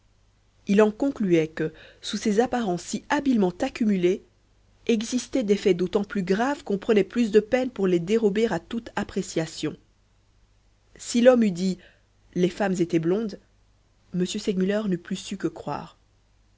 il en concluait que sous ces apparences si habilement accumulées existaient des faits d'autant plus graves qu'on prenait plus de peine pour les dérober à toute appréciation si l'homme eût dit les femmes étaient blondes m segmuller n'eût plus su que croire